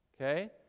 Okay